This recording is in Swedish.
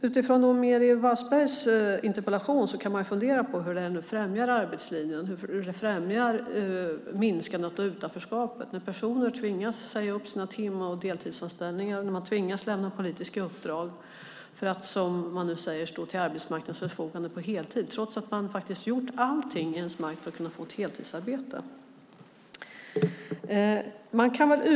Utifrån Meeri Wasbergs interpellation kan man fundera på hur det främjar arbetslinjen och minskandet av utanförskapet när personer tvingas säga upp sina tim och deltidsanställningar och lämna politiska uppdrag, för att, som man säger, stå till arbetsmarknadens förfogande på heltid, trots att de gjort allt som står i deras makt för att få ett heltidsarbete.